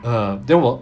mm then 我